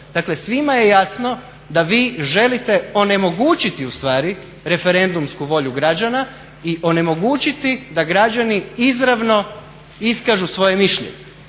Dakle, svima je jasno da vi želite onemogućiti u stvari referendumsku volju građana i onemogućiti da građani izravno iskažu svoje mišljenje.